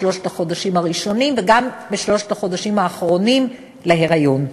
בשלושת החודשים הראשונים וגם בשלושת החודשים האחרונים להיריון.